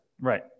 right